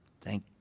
Thank